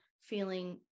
feeling